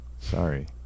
sorry